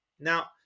Now